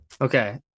Okay